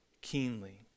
keenly